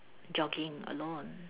jogging alone